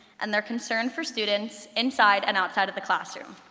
and their concern for students inside and outside of the classroom.